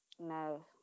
no